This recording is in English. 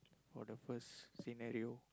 for the first scenario